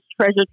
treasure